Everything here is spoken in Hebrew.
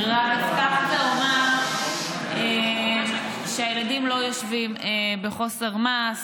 אני רק אפתח ואומר שהילדים לא יושבים בחוסר מעש,